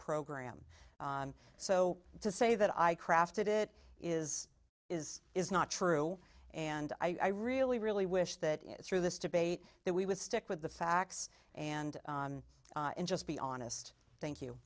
program so to say that i crafted it is is is not true and i really really wish that through this debate that we would stick with the facts and in just be honest thank you